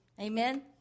Amen